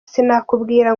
sinakubwira